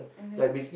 mmhmm